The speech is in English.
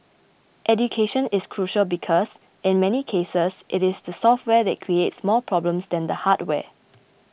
education is crucial because in many cases it is the software that creates more problems than the hardware